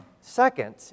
Second